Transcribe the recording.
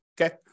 okay